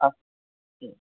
अस्